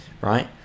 right